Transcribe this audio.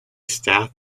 staff